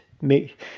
make